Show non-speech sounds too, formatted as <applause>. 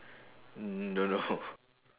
mm don't know <laughs>